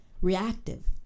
reactive